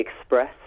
express